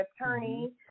attorney